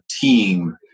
team